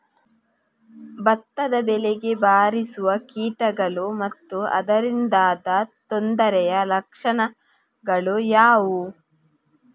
ಭತ್ತದ ಬೆಳೆಗೆ ಬಾರಿಸುವ ಕೀಟಗಳು ಮತ್ತು ಅದರಿಂದಾದ ತೊಂದರೆಯ ಲಕ್ಷಣಗಳು ಯಾವುವು?